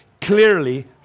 clearly